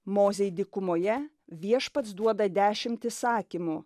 mozei dykumoje viešpats duoda dešimt įsakymų